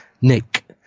Nick